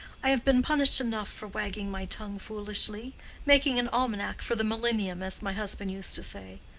i have been punished enough for wagging my tongue foolishly making an almanac for the millennium, as my husband used to say.